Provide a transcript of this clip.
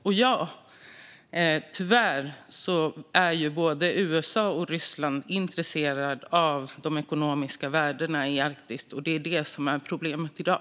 Och ja, tyvärr är både USA och Ryssland intresserade av de ekonomiska värdena i Arktis. Det är det som är problemet i dag.